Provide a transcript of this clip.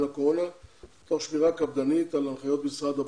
הקורונה תוך שמירה קפדנית על הנחיות משרד הבריאות.